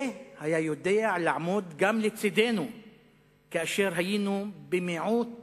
והיה יודע לעמוד גם לצדנו כאשר היינו במיעוט